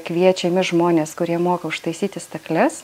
kviečiami žmonės kurie moka užtaisyti stakles